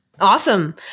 awesome